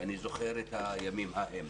אני זוכר את הימים ההם.